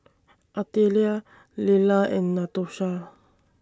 Artelia Lella and Natosha